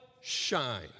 shine